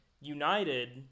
united